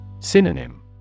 Synonym